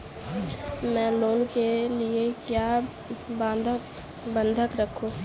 मैं लोन के लिए क्या बंधक रखूं?